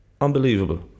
unbelievable